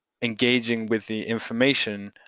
engaging with the information